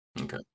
Okay